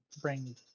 bring